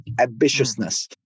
ambitiousness